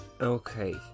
okay